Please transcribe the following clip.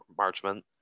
Marchman